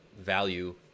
value